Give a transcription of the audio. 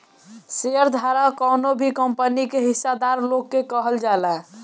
share धारक कवनो भी कंपनी के हिस्सादार लोग के कहल जाला